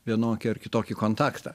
vienokį ar kitokį kontaktą